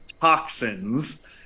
toxins